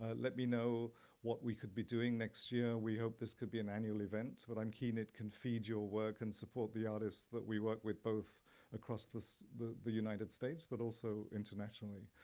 ah let me know what we could be doing next year. we hope this could be an annual event. but i'm keen it can feed your work and support the artists that we work with both across the the united states but also internationally.